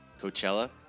Coachella